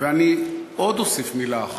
אני אוסיף עוד מילה אחת: